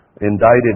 indicted